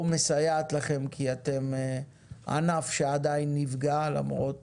או מסייעת לכם כי אתם ענף שעדיין נפגע, למרות